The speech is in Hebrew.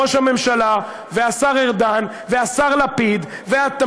ראש הממשלה והשר ארדן והשר לפיד ואתה,